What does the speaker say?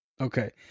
Okay